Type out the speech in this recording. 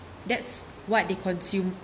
that's what they consume